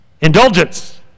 Indulgence